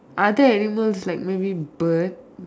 other animals like maybe bird